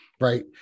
right